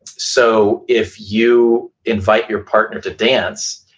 so, if you invite your partner to dance,